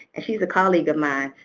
and she's a colleague of mine.